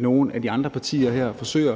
nogle af de andre partier forsøger,